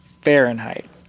Fahrenheit